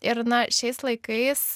ir na šiais laikais